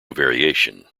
variation